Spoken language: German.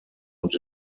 und